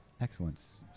excellence